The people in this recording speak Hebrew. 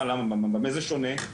במה זה שונה,